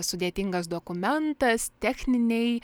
sudėtingas dokumentas techniniai